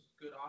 good